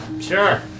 Sure